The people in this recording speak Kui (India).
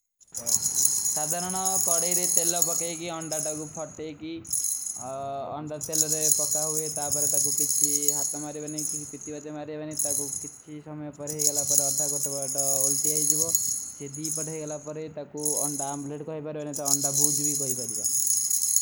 ସାଧରନ ଖଡେରେ ତେଲଲ ପକଏ କୀ, ଅଂଡା ତକ ଫଟେ କୀ ଅଂଡା ତେଲଲ ପକା ହୁଏ, ତା ବହରେ ତାକୂ କିଛୀ। ହାଥା ମାରେ ବଢେ ବାଦେ ମାରେ ବଢେ ବଢେ ତାକୂ କିଛୀ ସମଯ ପାଡେଗାଲା ପଡେ ଅଧରଖୋଟ ବଢେ ଉଲ୍ଟୀ ହୀଜୀବୋ। ସେ ଦୀ ପଢେଗାଲା ପରେ ତକୋ ଅଂଟା ଅଂପଲେଟ କୋଈ ବାର ଵେନେ ତୋ ଅଂଟା ଭୂଜ ଭୀ କୋଈ ବାର ଦିଗା।